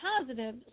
positive